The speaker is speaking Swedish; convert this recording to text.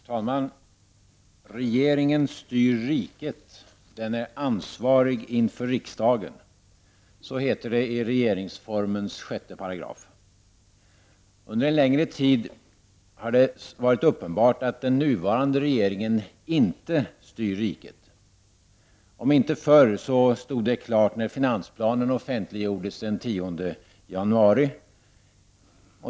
Herr talman! ”Regeringen styr riket. Den är ansvarig inför riksdagen.” Så heter det i 6§ regeringsformen. Under en längre tid har det varit uppenbart att den nuvarande regeringen inte styr riket. Om inte förr så stod det klart när finansplanen offentliggjordes den 10 januari.